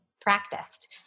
practiced